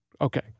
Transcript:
Okay